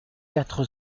quatre